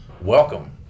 welcome